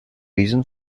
reason